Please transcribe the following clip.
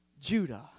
Judah